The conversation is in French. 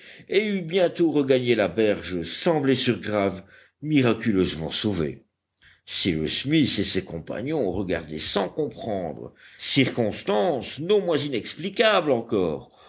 et eût bientôt regagné la berge sans blessures graves miraculeusement sauvé cyrus smith et ses compagnons regardaient sans comprendre circonstance non moins inexplicable encore